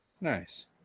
Nice